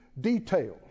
detailed